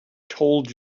told